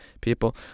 people